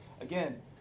again